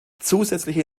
zusätzliche